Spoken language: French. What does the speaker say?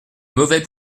mauvais